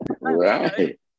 Right